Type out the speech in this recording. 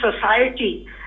society